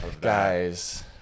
guys